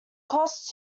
cost